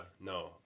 No